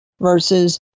versus